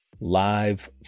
live